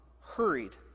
hurried